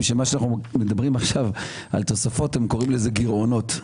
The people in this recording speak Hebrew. שמה שאנחנו מדברים עכשיו על תוספות הם קוראים לזה גירעונות,